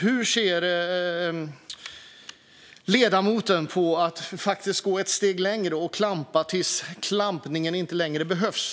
Hur ser ledamoten på att faktiskt gå ett steg längre och klampa tills klampningen inte längre behövs?